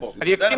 המקור